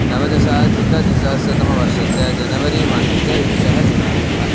नवदशाधिकद्विसहस्रतमवर्षस्य जनवरी मासस्य विंशः दिनाङ्कः